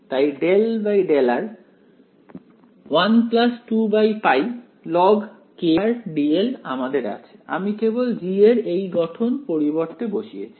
তাই ∂∂r 1 2πlog dl আমাদের আছে আমি কেবল G এর এই গঠন পরিবর্তে বসিয়েছি